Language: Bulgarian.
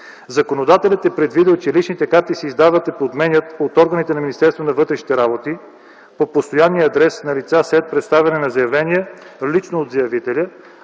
Законодателят е предвидил, че личните карти се издават и подменят от органите на Министерството на вътрешните работи по постоянния адрес на лица след представяне на заявление лично от заявителя,